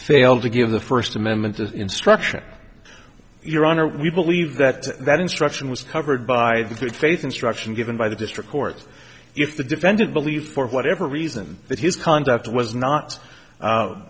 fail to give the first amendment as instruction your honor we believe that that instruction was covered by the good faith instruction given by the district court if the defendant believed for whatever reason that his conduct was not